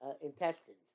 intestines